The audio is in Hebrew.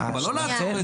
אבל לא לעצור את זה.